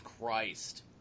Christ